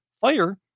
fire